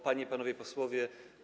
Panie i Panowie Posłowie!